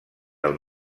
del